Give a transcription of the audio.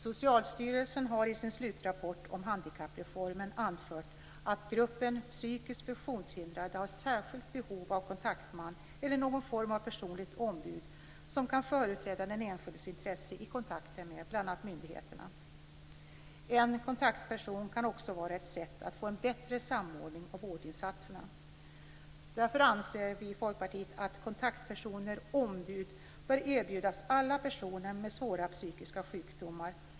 Socialstyrelsen har i sin slutrapport om handikappreformen anfört att gruppen psykiskt funktionshindrade har särskilda behov av kontaktman eller någon form av personligt ombud som kan företräda den enskildes intressen i kontakter med myndigheterna. En kontaktperson kan också vara ett sätt att få en bättre samordning av vårdinsatserna. Därför anser vi i Folkpartiet att kontaktpersoner/ombud bör erbjudas alla personer med svåra psykiska sjukdomar.